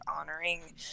honoring